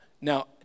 now